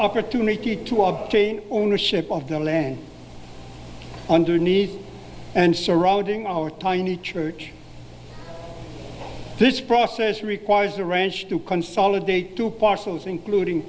opportunity to obtain ownership of the land underneath and surrounding our tiny church this process requires the ranch to consolidate two parcels including